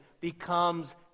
becomes